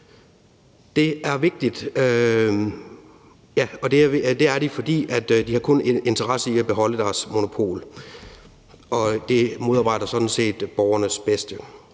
det her marked. Og det er de, fordi de kun har interesse i at beholde deres monopol, og det modarbejder sådan set borgernes bedste.